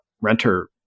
renter